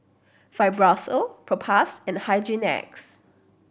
Fibrosol Propass and Hygin X